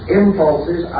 impulses